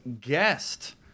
guest